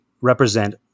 represent